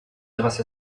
grâce